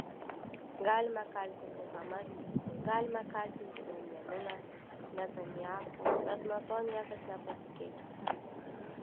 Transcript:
galime kaltinti hamas galime kaltinti benjaminą netanyahu bet nuo to niekas nepasikeis